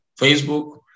Facebook